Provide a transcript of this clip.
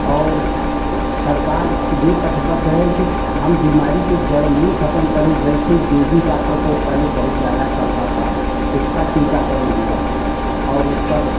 और सरकार ये कटिबद्ध है कि हम बीमारी को जड़ मूल खतम करें जैसे देवी का प्रकोप पहले बहुत ज्यादा चलता था उसका टीकाकरण हुआ और उस पर